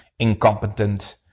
incompetent